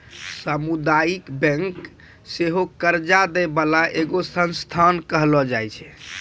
समुदायिक बैंक सेहो कर्जा दै बाला एगो संस्थान कहलो जाय छै